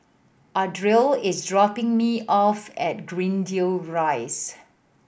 Ardell is dropping me off at Greendale Rise